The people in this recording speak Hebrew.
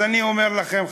אז אני אומר לכם,